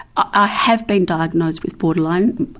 i have been diagnosed with borderline.